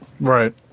right